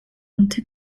montée